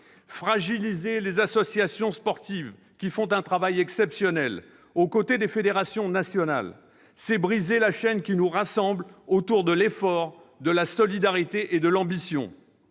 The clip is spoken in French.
Fragiliser les associations sportives qui font un travail exceptionnel aux côtés des fédérations nationales, c'est briser la chaîne qui nous rassemble autour de l'effort, de la solidarité et de l'ambition.